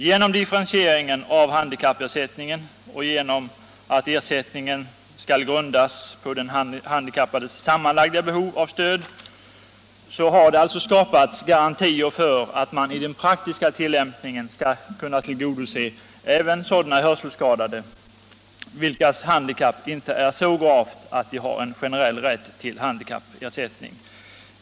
Genom differentieringen av handikappersättningen och genom att ersättningen skall grundas på den handikappades sammanlagda behov av stöd har det alltså skapats garantier för att man i den praktiska tilllämpningen skall kunna tillgodose sådana hörselskadade vilkas handikapp inte är så gravt att de har en generell rätt till handikappersättning.